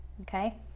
Okay